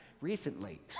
recently